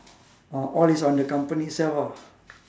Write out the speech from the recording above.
al~ all is on the company itself ah